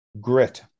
Grit